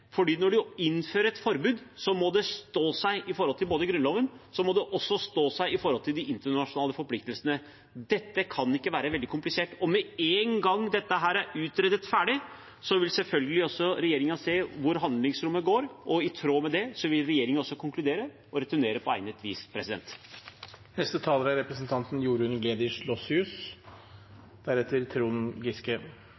når man innfører et forbud, må det stå seg både i forhold til Grunnloven og til de internasjonale forpliktelsene våre. Dette kan ikke være veldig komplisert. Med en gang dette er utredet ferdig, vil selvfølgelig regjeringen se hvor handlingsrommet går, og i tråd med det konkludere og returnere på egnet vis.